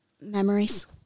Memories